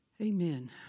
Amen